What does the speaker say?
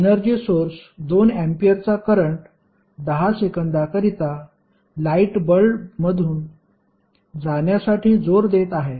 energy source 2 अँपिअरचा current 10 सेकंदांकरिता light bulb मधून जाण्यासाठी जोर देत आहे